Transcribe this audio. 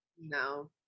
No